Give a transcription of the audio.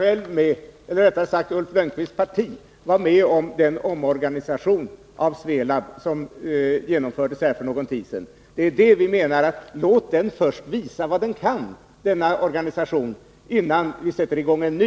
Herr talman! Men Ulf Lönnqvists parti var ju med om den omorganisation av Svelab som genomfördes för någon tid sedan. Vad vi menar är att man skall låta den organisationen visa vad den kan, innan man sätter i gång en ny.